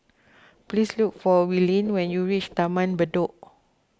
please look for Willene when you reach Taman Bedok